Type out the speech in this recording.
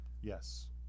Yes